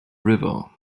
river